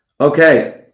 Okay